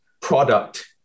product